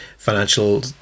financial